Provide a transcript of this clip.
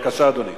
בבקשה, אדוני.